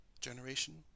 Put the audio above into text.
generation